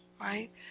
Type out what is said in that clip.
right